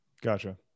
Gotcha